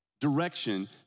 direction